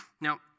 Now